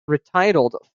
retitled